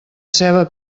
ceba